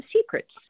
secrets